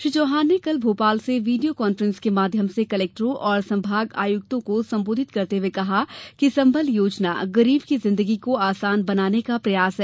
श्री चौहान ने कल भोपाल से वीडियो कॉन्फ्रेंस के माध्यम से कलेक्टरों और संभागायुक्तों को संबोधित करते हुए कहा कि संबल योजना गरीब की जिंदगी को आसान बनाने का प्रयास है